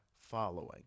following